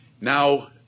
Now